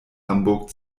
hamburg